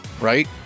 right